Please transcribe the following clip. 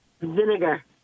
Vinegar